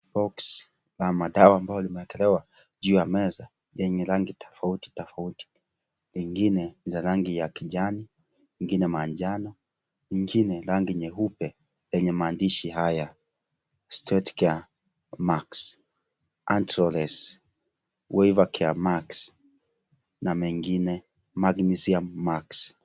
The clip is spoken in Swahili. Boksi lina dawa ambayo imewekwa juu ya meza yenye rangi tofauti tofauti. Ingine ni ya rangi ya kijani, ingine manjano, ingine rangi nyeupe yenye maandishi haya: store with care na mengine magnesium max .